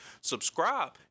subscribe